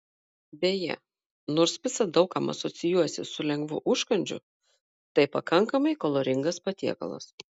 beje nors pica daug kam asocijuojasi su lengvu užkandžiu tai pakankamai kaloringas patiekalas